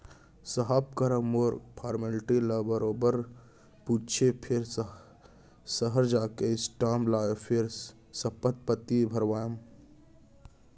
साहब करा मोर फारमेल्टी ल बरोबर पूछें फेर सहर जाके स्टांप लाएँ फेर सपथ पाती भरवाएंव